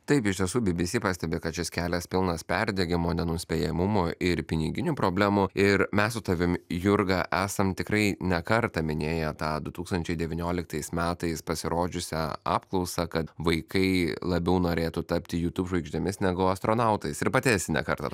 taip iš tiesų bbc pastebi kad šis kelias pilnas perdegimo nenuspėjamumo ir piniginių problemų ir mes su tavim jurga esam tikrai ne kartą minėję tą du tūkstančiai devynioliktais metais pasirodžiusią apklausą kad vaikai labiau norėtų tapti youtube žvaigždėmis negu astronautais ir pati esi ne kartą tą